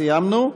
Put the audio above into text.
סיימנו.